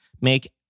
make